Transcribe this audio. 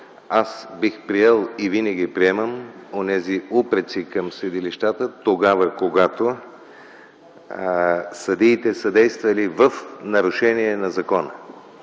аз бих приел и винаги приемам онези упреци към съдилищата тогава, когато съдиите са действали в нарушение на закона.